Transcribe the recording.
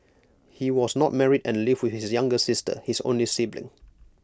he was not married and lived with his younger sister his only sibling